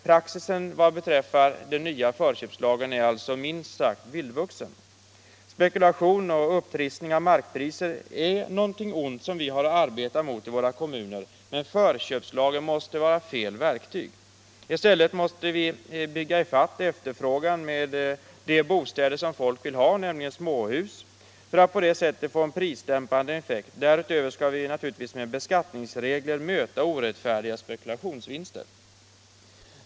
Praxis vad beträffar den nya förköpslagen är alltså minst sagt vildvuxen. Spekulation och upptrissning av markpriser är något ont som vi har att motarbeta i våra kommuner, men förköpslagen måste vara fel verktyg. I stället måste vi bygga ifatt efterfrågan på sådana bostäder som folk vill ha, nämligen småhus, för att på det sättet få en tidsdämpande effekt. Därutöver skall vi naturligtvis med beskattningsregler möta orättfärdiga spekulationsvinster.